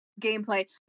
gameplay